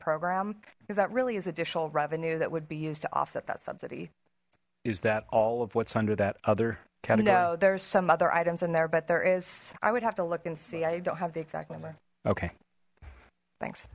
program because that really is additional revenue that would be used to offset that subsidy is that all of what's under that other no there's some other items in there but there is i would have to look and see i don't have the exact number okay thanks